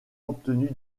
obtenu